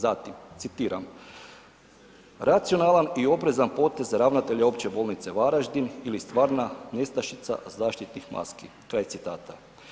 Zatim, citira „Racionalan i oprezan potez ravnatelja Opće bolnice Varaždin ili stvarna nestašica zaštitnih maski“ kraj citata.